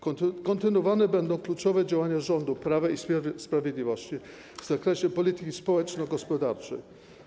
Kontynuowane będą kluczowe działania rządu Prawa i Sprawiedliwości w zakresie polityki społeczno-gospodarczej.